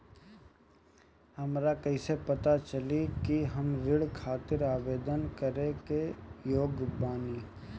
हमरा कईसे पता चली कि हम ऋण खातिर आवेदन करे के योग्य बानी?